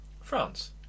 France